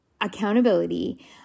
accountability